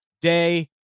day